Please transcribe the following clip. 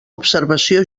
observació